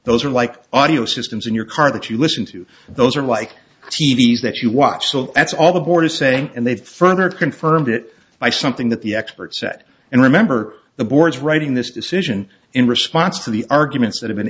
those are like audio systems in your car that you listen to those are like t v s that you watch so that's all the board is saying and they further confirmed it by something that the experts at and remember the board's writing this decision in response to the arguments that have been